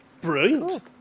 Brilliant